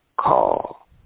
call